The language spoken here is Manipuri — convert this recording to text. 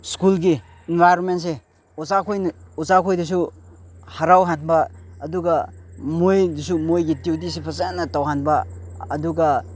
ꯁ꯭ꯀꯨꯜꯒꯤ ꯑꯦꯟꯚꯥꯏꯔꯟꯃꯦꯟꯁꯦ ꯑꯣꯖꯥꯈꯩꯏꯗꯁꯨ ꯍꯔꯥꯎꯍꯟꯕ ꯑꯗꯨꯒ ꯃꯣꯏꯗꯁꯨ ꯃꯣꯏꯒꯤ ꯗ꯭ꯌꯨꯇꯤꯁꯦ ꯐꯖꯅ ꯇꯧꯍꯟꯕ ꯑꯗꯨꯒ